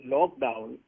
Lockdown